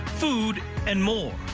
food and more.